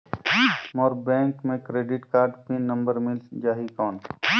मोर bank मे credit card pin number मिल जाहि कौन?